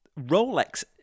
Rolex